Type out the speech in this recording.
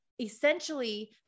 essentially